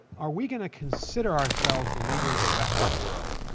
are we going to consider ourselves the leader of the western world?